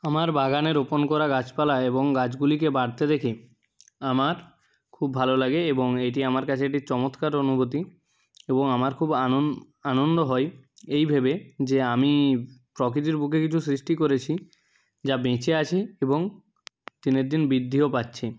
আমার বাগানে রোপণ করা গাছপালা এবং গাছগুলিকে বাড়তে দেখে আমার খুব ভালো লাগে এবং এইটি আমার কাছে একটি চমৎকার অনুভূতি এবং আমার খুব আন আনন্দ হয় এই ভেবে যে আমি প্রকৃতির বুকে কিছু সৃষ্টি করেছি যা বেঁচে আছে এবং দিনের দিন বৃদ্ধিও পাচ্ছে